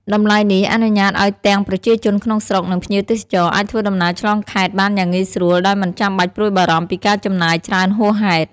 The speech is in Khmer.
តម្លៃនេះអនុញ្ញាតឱ្យទាំងប្រជាជនក្នុងស្រុក និងភ្ញៀវទេសចរអាចធ្វើដំណើរឆ្លងខេត្តបានយ៉ាងងាយស្រួលដោយមិនចាំបាច់ព្រួយបារម្ភពីការចំណាយច្រើនហួសហេតុ។